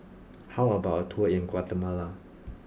how about a tour in Guatemala